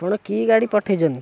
ଆପଣ କି ଗାଡ଼ି ପଠେଇଛନ୍ତି